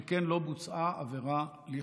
שכן לא בוצעה עבירה לכאורה.